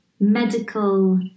medical